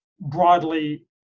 broadly